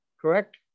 correct